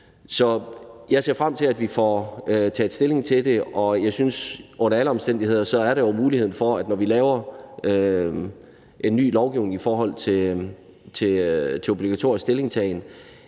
jeg ser frem til, at vi får taget stilling til det, og jeg synes under alle omstændigheder, at der jo er muligheden for, når vi laver ny lovgivning i forhold til obligatorisk stillingtagen,